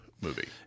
movie